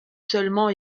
seulement